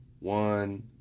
one